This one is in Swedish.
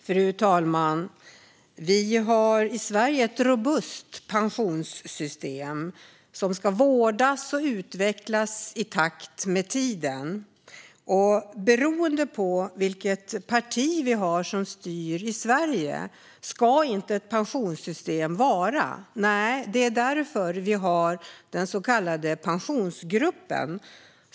Fru talman! Vi har i Sverige ett robust pensionssystem som ska vårdas och utvecklas i takt med tiden. Ett pensionssystem ska inte vara beroende av vilket parti som styr i Sverige. Det är därför vi har den så kallade Pensionsgruppen.